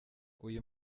uyu